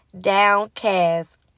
downcast